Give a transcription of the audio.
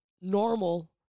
normal